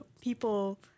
people